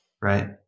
Right